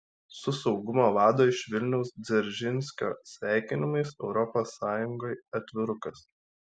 su saugumo vado iš vilniaus dzeržinskio sveikinimais europos sąjungai atvirukas